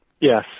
Yes